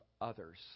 others